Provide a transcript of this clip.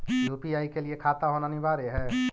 UPI के लिए खाता होना अनिवार्य है?